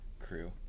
crew